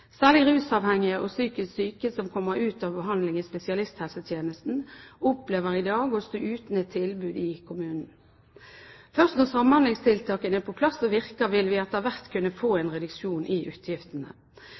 Særlig rusavhengige og psykisk syke som kommer ut av behandling i spesialisthelsetjenesten, opplever i dag å stå uten et tilbud i kommunen. Først når samhandlingstiltakene er på plass og virker, vil vi etter hvert kunne få